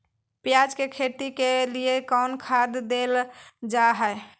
प्याज के खेती के लिए कौन खाद देल जा हाय?